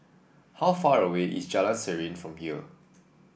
how far away is Jalan Serene from here